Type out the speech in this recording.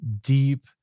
deep